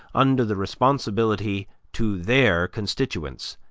under the responsibility to their constituents,